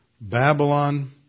Babylon